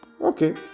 Okay